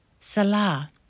Salah